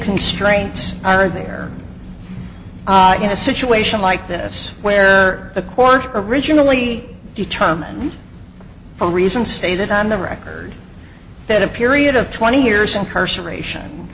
constraints are there in a situation like this where the court originally determines the reason stated on the record that a period of twenty years incarceration